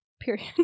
Period